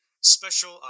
Special